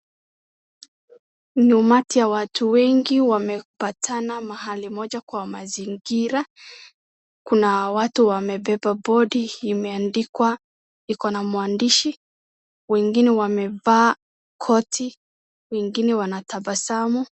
Ni umati ya watu wengi wamepatana mahali moja kwa mazingira. Kuna watu wamebeba bodi imeandikwa, iko na maandishi. Wengine wamevaa koti, wengine wanatabasamu